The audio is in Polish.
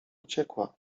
uciekła